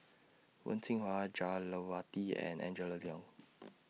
Wen Jinhua Jah Lelawati and Angela Liong